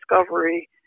discovery